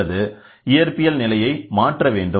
அல்லது இயற்பியல் நிலையை மாற்ற வேண்டும்